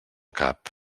cap